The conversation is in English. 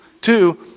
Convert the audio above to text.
two